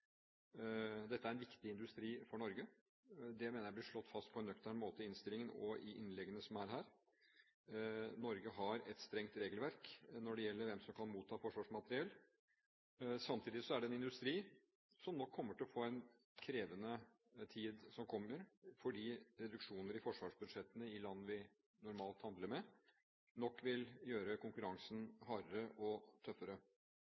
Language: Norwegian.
dette er en viktig industri for Norge. Det mener jeg blir slått fast på en nøktern måte i innstillingen og i innleggene her. Norge har et strengt regelverk når det gjelder hvem som kan motta forsvarsmateriell. Samtidig er det en industri som nok vil få det krevende i tiden som kommer, fordi reduksjoner i forsvarsbudsjettene i land vi normalt handler med, nok vil gjøre konkurransen hardere og tøffere.